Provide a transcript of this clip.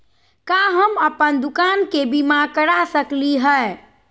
का हम अप्पन दुकान के बीमा करा सकली हई?